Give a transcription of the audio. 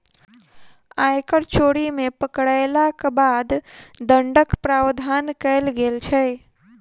आयकर चोरी मे पकड़यलाक बाद दण्डक प्रावधान कयल गेल छै